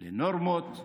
לנורמות מקובלות,